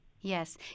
Yes